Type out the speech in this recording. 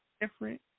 different